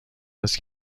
است